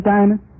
Diamond